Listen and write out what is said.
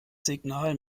signal